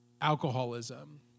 alcoholism